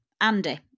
Andy